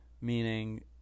meaning